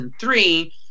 Three